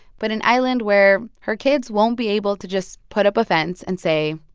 but an island where her kids won't be able to just put up a fence and say,